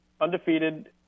undefeated